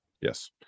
yes